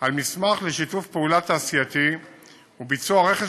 על מסמך לשיתוף פעולה תעשייתי וביצוע רכש